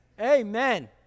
Amen